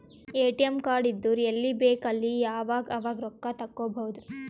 ATM card ಇದ್ದುರ್ ಎಲ್ಲಿ ಬೇಕ್ ಅಲ್ಲಿ ಯಾವಾಗ್ ಅವಾಗ್ ರೊಕ್ಕಾ ತೆಕ್ಕೋಭೌದು